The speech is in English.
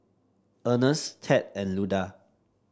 Ernest Ted and Luda